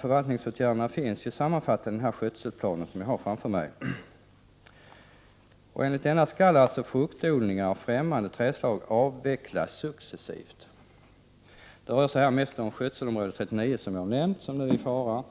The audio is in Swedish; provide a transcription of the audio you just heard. Förvaltningsåtgärderna sammanfattas i skötselplanen, som jag har framför mig här, och enligt denna skall fruktodlingar och främmande trädslag avvecklas successivt. Det är alltså skötselområde 39 som är i fara,